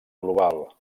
global